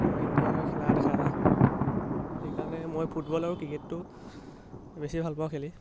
আমাৰ ইণ্ডিয়াৰ হৈ খেলা দেখা যায় সেইকাৰণে মই ফুটবল আৰু ক্ৰিকেটটো বেছি ভালপাওঁ খেলি